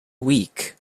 week